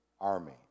army